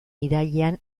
irailean